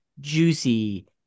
juicy